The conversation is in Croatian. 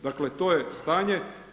Dakle to je stanje.